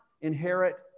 inherit